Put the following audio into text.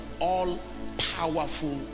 all-powerful